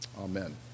Amen